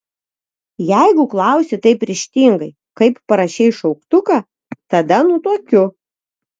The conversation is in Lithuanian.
jeigu klausi taip ryžtingai kaip parašei šauktuką tada nutuokiu